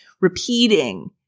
repeating